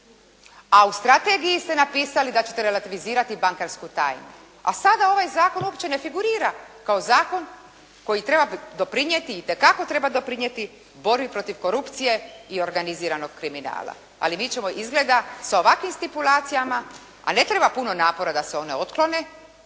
A u strategiji ste napisali da ćete relativizirati bankarsku tajnu, a sada ovaj zakon uopće ne figurira kao zakon koji treba doprinijeti, itekako treba doprinijeti borbi protiv korupcije i organiziranog kriminala. Ali mi ćemo izgleda sa ovakvim stipulacijama, a ne treba puno napora da se one otklone